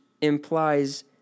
implies